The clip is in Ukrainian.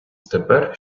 тепер